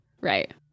Right